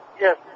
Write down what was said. Yes